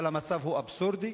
אבל המצב הוא אבסורדי,